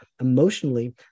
emotionally